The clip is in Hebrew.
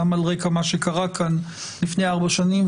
גם על רקע מה שקרה כאן לפני ארבע שנים,